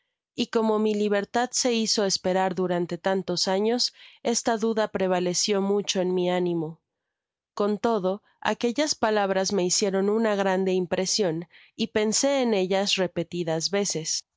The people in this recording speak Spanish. y como mi libertad se hizo esperar durante tantos año esta duda prevaleció mucho en mi ánimo con todo aquellas palabras me hicieron una grande impresion y pensé en ellas repetidas veces